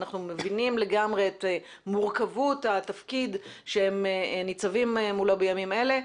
אנחנו מבינים לגמרי את מורכבות התפקיד שהם ניצבים מולו בימים אלה,